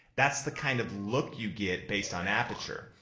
that's the kind of look you get based on aperture.